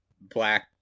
black